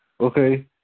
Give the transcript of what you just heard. okay